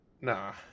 Nah